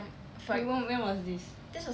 wait whe~ when was this